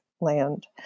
land